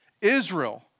Israel